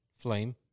Flame